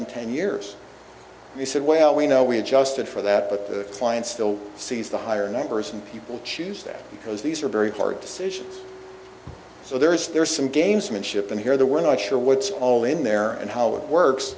in ten years we said well we know we adjusted for that but the client still sees the higher numbers and people choose that because these are very hard decisions so there is there is some gamesmanship in here the we're not sure what's all in there and how it works